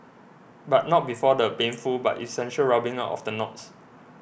but not before the painful but essential rubbing out of the knots